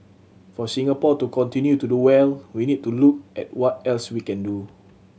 for Singapore to continue to do well we need to look at what else we can do